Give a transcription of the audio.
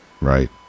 right